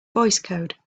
voicecode